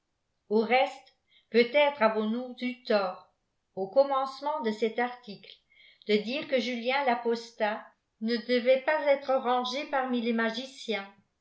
au reste peut-être avons ous eu tort au commencemeiil e cet article de dire que julien l'apostat ne devait pas être rang parmi les magiciens